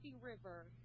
River